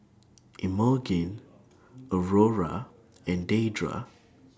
Emogene Aurora and Deidra